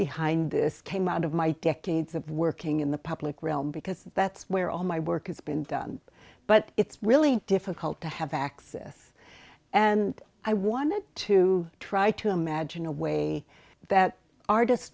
behind this came out of my decades of working in the public realm because that's where all my work has been done but it's really difficult to have access and i wanted to try to imagine a way that artist